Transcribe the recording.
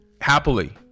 happily